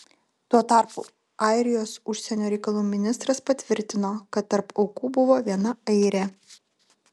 tuo tarpu airijos užsienio reikalų ministras patvirtino kad tarp aukų buvo viena airė